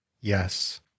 Yes